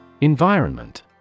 Environment